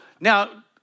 Now